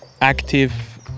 active